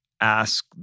ask